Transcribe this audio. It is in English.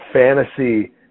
fantasy